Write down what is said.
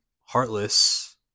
heartless